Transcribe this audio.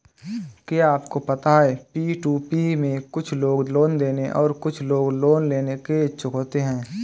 क्या आपको पता है पी.टू.पी में कुछ लोग लोन देने और कुछ लोग लोन लेने के इच्छुक होते हैं?